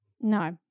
No